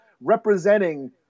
representing